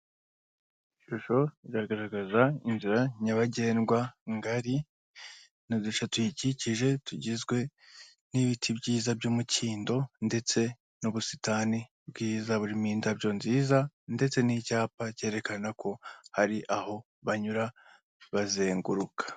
Ishusho iragaragaza inzira nyabagendwa ngari n'uduce tuyikikije tugizwe n'ibiti byiza by'umukindo ndetse n'ubusitani bwiza burimo indabyo nziza ndetse n'icyapa cyerekana ko hari aho banyura bazenguruka.